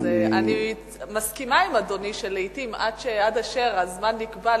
אני מסכימה עם אדוני שלעתים עד אשר הזמן נקבע,